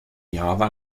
java